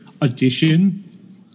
addition